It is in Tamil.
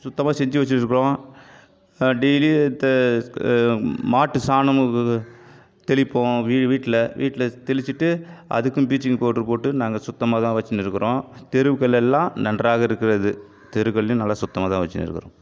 சுத்தமாக செஞ்சு வைச்சிட்டுருக்குறோம் டெய்லி த ஸ் மாட்டு சாணமும் தெளிப்போம் வீ வீட்டில் வீட்டில் தெளிச்சுட்டு அதுக்கும் பீச்சிங் பவுடர் நாங்கள் சுத்தமாக தான் வெச்சின்னு இருக்கிறோம் தெருக்கள் எல்லாம் நன்றாக இருக்கிறது தெருகள்லியும் நல்ல சுத்தமாக தான் வெச்சுன்னு இருக்கிறோம்